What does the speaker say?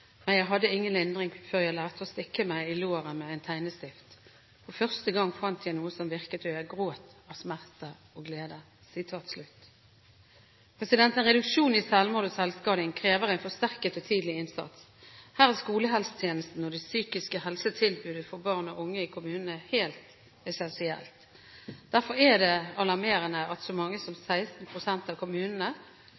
men jeg hadde ingen lindring før jeg lærte å stikke meg i låret med en tegnestift. For første gang fant jeg noe som virket, og jeg gråt av smerte og glede. En reduksjon i selvmord og selvskading krever en forsterket og tidlig innsats. Her er skolehelsetjenesten og det psykiske helsetilbudet for barn og unge i kommunene helt essensielt. Derfor er det alarmerende at så mange som